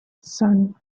son